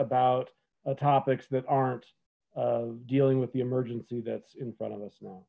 about a topics that aren't dealing with the emergency that's in front of us now